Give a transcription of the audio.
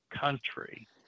country